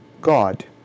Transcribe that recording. God